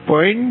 14 છે